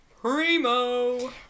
Primo